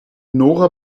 nora